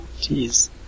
Jeez